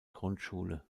grundschule